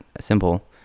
simple